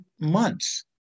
months